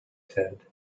said